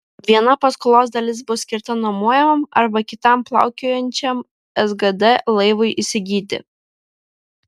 viena paskolos dalis bus skirta nuomojamam arba kitam plaukiojančiam sgd laivui įsigyti